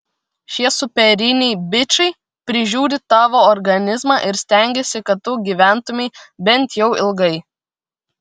šie superiniai bičai prižiūri tavo organizmą ir stengiasi kad tu gyventumei bent jau ilgai